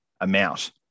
amount